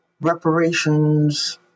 reparations